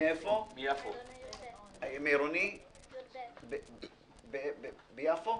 זינב מעירוני ביפו,